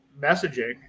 messaging